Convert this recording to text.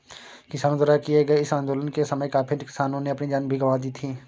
किसानों द्वारा किए गए इस आंदोलन के समय काफी किसानों ने अपनी जान भी गंवा दी थी